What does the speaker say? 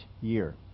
year